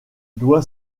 doit